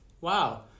wow